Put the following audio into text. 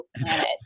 planet